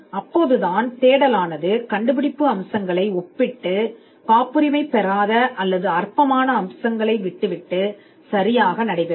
எனவே தேடல் அம்சங்களை ஒப்பிட்டு காப்புரிமை பெறாத அல்லது அற்பமான அம்சங்களை விட்டு வெளியேறுகிறது